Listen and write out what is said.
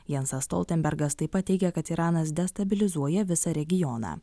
jansas stoltenbergas taip pat teigia kad iranas destabilizuoja visą regioną